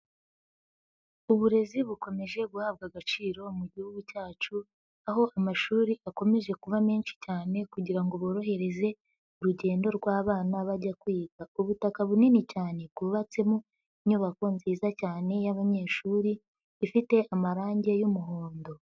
Uburezi bukomeje guhabwa agaciro mu Gihugu cyacu, aho amashuri akomeje kuba menshi cyane kugira ngo borohereze urugendo rw'abana bajya kwiga, ubutaka bunini cyane bwubatsemo inyubako nziza cyane y'abanyeshuri, ifite amarange y'umuhondo.